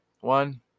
One